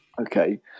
Okay